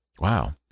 Wow